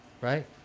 Right